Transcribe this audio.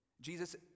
Jesus